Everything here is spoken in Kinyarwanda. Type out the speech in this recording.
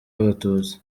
b’abatutsi